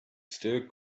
still